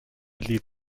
lied